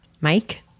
Mike